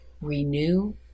renew